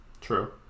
True